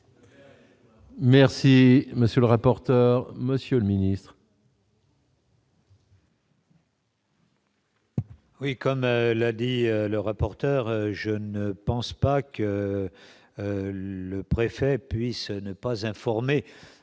Merci, monsieur le rapporteur, monsieur le Ministre. Oui, comme l'a dit le rapporteur je ne pense pas que le préfet puisse ne pas informer